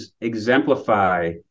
exemplify